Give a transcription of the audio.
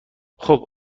خوب